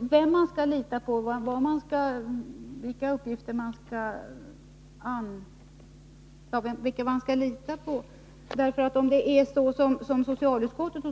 vem man skall lita på och vilka uppgifter man skall sätta tilltro till.